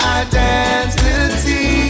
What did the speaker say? identity